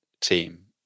team